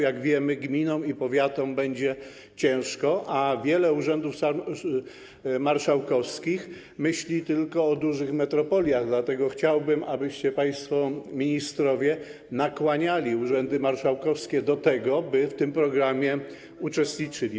Jak wiemy, gminom i powiatom będzie ciężko, a wiele urzędów marszałkowskich myśli tylko o dużych metropoliach, dlatego chciałbym, abyście państwo ministrowie nakłaniali urzędy marszałkowskie do tego, by w tym programie uczestniczyły.